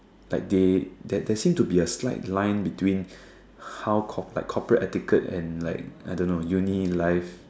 like they there seem to be some line between how corporate like corporate etiquette and like I don't know uni life